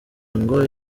ngo